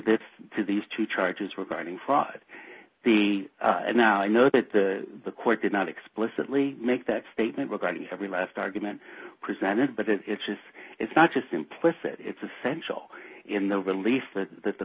this to these two charges regarding fraud the now i know that the the court did not explicitly make that statement regarding every last argument presented but it's this is not just implicit it's essential in the release that that the